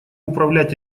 управлять